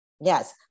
Yes